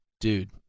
dude